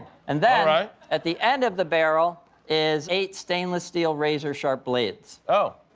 and then at the end of the barrel is eight stainless steel, razor sharp blades. oh.